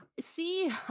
See